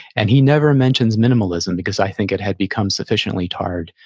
and he never mentions minimalism, because i think it had become sufficiently tarred,